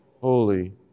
Holy